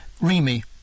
Remy